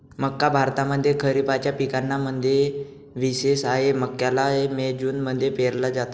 मक्का भारतामध्ये खरिपाच्या पिकांना मध्ये विशेष आहे, मक्याला मे जून मध्ये पेरल जात